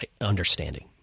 understanding